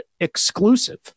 exclusive